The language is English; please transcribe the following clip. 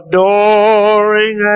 Adoring